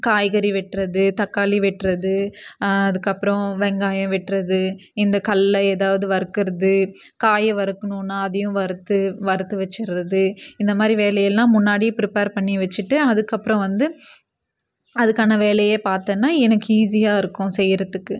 காய்கறி வெட்டுறது தக்காளி வெட்டுறது அதுக்கப்புறம் வெங்காயம் வெட்டுறது இந்த கல்லை ஏதாவது வறுக்கிறது காய வறுக்கணுன்னா அதையும் வறுத்து வறுத்து வச்சிடுறது இந்த மாதிரி வேலையெல்லாம் முன்னாடியே ப்ரிப்பேர் பண்ணி வச்சுட்டு அதுக்கப்புறம் வந்து அதுக்கான வேலையை பார்த்தேன்னா எனக்கு ஈஸியாக இருக்கும் செய்கிறத்துக்கு